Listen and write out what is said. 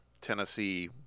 Tennessee